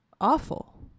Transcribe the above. awful